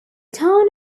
town